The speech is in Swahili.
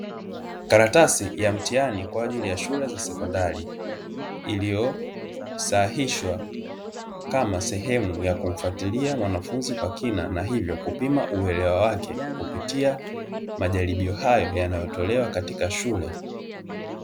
Karatasi ya mtihani kwa ajili ya shule za sekondari, iliyosahihishwa kama sehemu ya kumfuatilia mwanafunzi kwa kina na hivyo kupima uelewa wake kupitia majaribio hayo yanayotolewa katika shule.